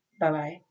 Bye-bye